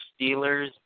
Steelers